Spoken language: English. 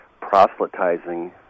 proselytizing